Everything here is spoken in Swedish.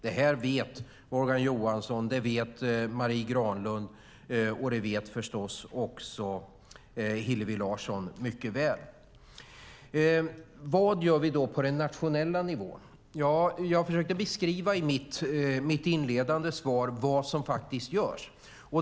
Det här vet Morgan Johansson, det vet Marie Granlund och det vet förstås också Hillevi Larsson mycket väl. Vad gör vi då på den nationella nivån? Jag försökte beskriva i mitt inledande svar vad som faktiskt görs.